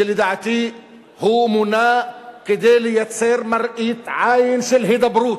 שלדעתי הוא מונה כדי לייצר מראית עין של הידברות,